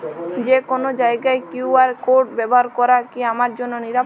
যে কোনো জায়গার কিউ.আর কোড ব্যবহার করা কি আমার জন্য নিরাপদ?